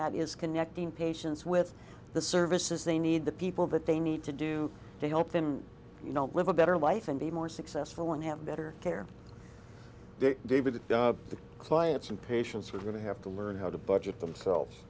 that is connecting patients with the services they need the people that they need to do to help them you know live a better life and be more successful and have better care david the clients and patients are going to have to learn how to budget themselves